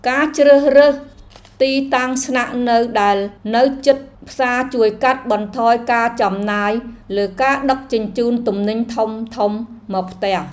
ការជ្រើសរើសទីតាំងស្នាក់នៅដែលនៅជិតផ្សារជួយកាត់បន្ថយការចំណាយលើការដឹកជញ្ជូនទំនិញធំៗមកផ្ទះ។